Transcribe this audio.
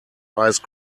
ice